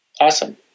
awesome